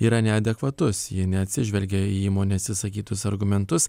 yra neadekvatus ji neatsižvelgia į įmonės išsakytus argumentus